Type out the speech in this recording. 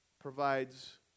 provides